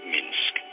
Minsk